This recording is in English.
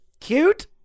cute